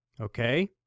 Okay